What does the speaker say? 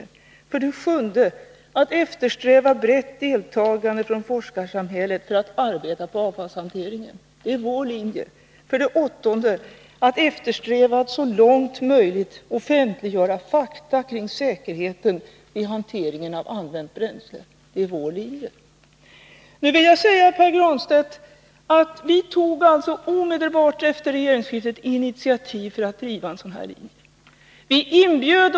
Om slutförvaring För det sjunde bör man eftersträva brett deltagande från forskarsamhället — en av radioaktivt för att arbeta med problemen kring avfallshanteringen. Det är vår linje. avfall För det åttonde bör man eftersträva att så långt möjligt offentliggöra fakta kring säkerheten i hantering av använt bränsle. Det är vår linje. Nu vill jag säga, Pär Granstedt, att vi omedelbart efter regeringsskiftet tog initiativ för att driva en sådan här linje.